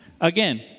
again